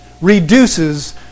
reduces